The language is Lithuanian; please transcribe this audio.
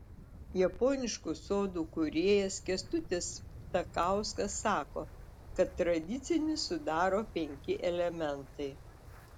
japoniškų sodų kūrėjas kęstutis ptakauskas sako kad tradicinį sudaro penki elementai